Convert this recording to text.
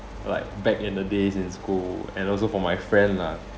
like back in the days in school and also for my friend lah